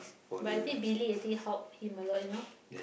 but I think Billy I think help him a lot you know